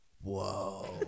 whoa